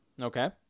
Okay